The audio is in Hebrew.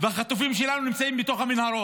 כשהחטופים שלנו נמצאים בתוך המנהרות?